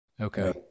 Okay